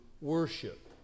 worship